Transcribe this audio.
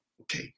Okay